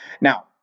Now